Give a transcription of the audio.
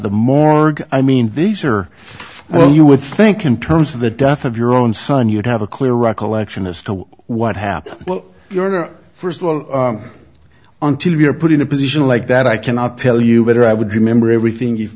the morgue i mean these are well you would think in terms of the death of your own son you'd have a clear recollection as to what happened well first of all until we are put in a position like that i cannot tell you whether i would remember everything if